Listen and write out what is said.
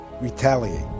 retaliate